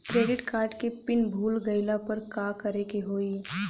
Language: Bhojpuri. क्रेडिट कार्ड के पिन भूल गईला पर का करे के होई?